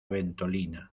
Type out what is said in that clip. ventolina